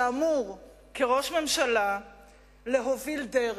שאמור כראש ממשלה להוביל דרך,